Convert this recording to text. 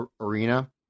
arena